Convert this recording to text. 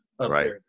right